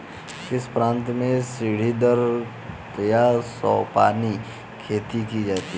किस प्रांत में सीढ़ीदार या सोपानी खेती की जाती है?